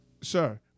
Sir